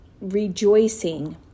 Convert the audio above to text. rejoicing